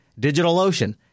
DigitalOcean